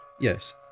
yes